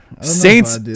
Saints